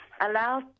allow